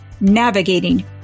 navigating